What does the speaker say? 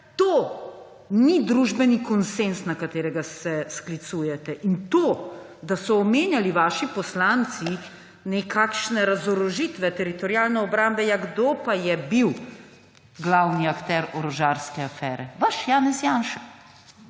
to ni družbeni konsenz, na katerega se sklicujete, in to, da so omenjali vaši poslanci nekakšne razorožitve Teritorialne obrambe – ja, kdo pa je bil glavni akter orožarske afere? Vaš Janez Janša.